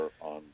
on